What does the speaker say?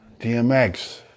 DMX